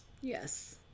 yes